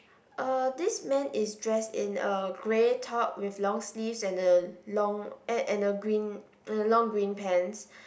uh this man is dressed in a grey top with long sleeves and a long and and a green and a long green pants